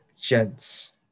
gents